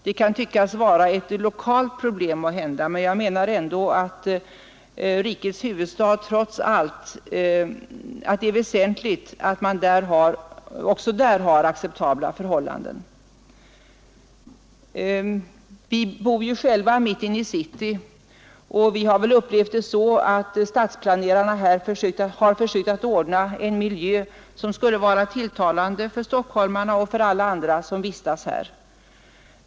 Det kan måhända tyckas vara ett lokalt problem, men jag menar ändå att det är väsentligt att man särskilt i rikets huvudstad har acceptabla förhållanden. Vi riksdagsledamöter arbetar ju själva mitt inne i city, och vi har väl upplevt det så att stadsplanerarna här försökt åstadkomma en miljö som skulle vara tilltalande för stockholmarna och för alla andra som vistas här.